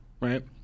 right